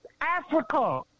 Africa